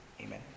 Amen